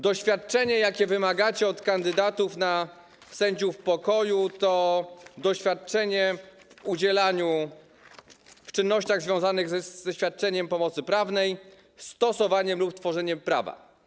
Doświadczenie, jakiego wymagacie od kandydatów na sędziów pokoju, to doświadczenie w zakresie czynności związanych ze świadczeniem pomocy prawnej, stosowaniem lub tworzeniem prawa.